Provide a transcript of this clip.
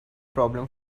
problem